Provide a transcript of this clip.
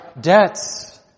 debts